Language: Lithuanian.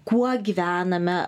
kuo gyvename